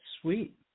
Sweet